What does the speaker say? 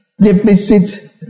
deficit